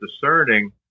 discerning